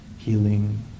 Healing